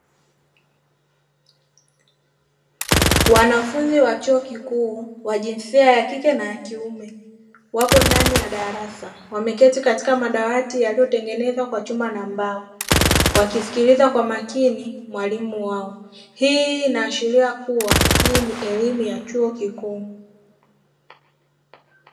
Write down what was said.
Wanafunzi wa chuo kikuu wa jinsia ya kike na kiume wapo ndani ya darasa, wameketi katika madawati yaliyotengenezwa kwa chuma na mbao, wakisikiliza kwa makini mwalimu wao. Hii inaashiria kuwa hii ni elimu ya chuo kikuu.